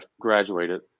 graduated